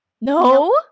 no